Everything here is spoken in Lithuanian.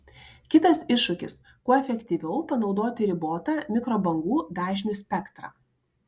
kitas iššūkis kuo efektyviau panaudoti ribotą mikrobangų dažnių spektrą